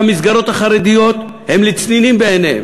שהמסגרות החרדיות הן לצנינים בעיניהם,